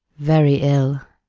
very ill.